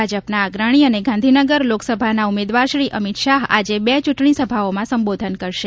ભાજપના અગ્રણી અને ગાંધીનગર લોકસભાના ઉમેદવાર શ્રી અમીત શાહ આજે બે ચૂંટણીસભાઓમાં સંબોધન કરશે